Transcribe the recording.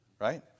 right